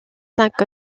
cinq